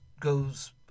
goes